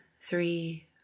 three